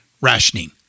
Rationing